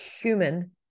human